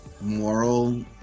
moral